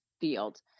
field